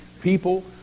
people